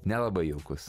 nelabai jaukus